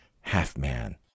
half-man